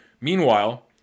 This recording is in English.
Meanwhile